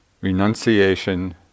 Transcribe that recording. renunciation